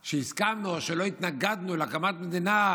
זה שהסכמנו או שלא התנגדנו להקמת מדינה,